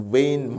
Vain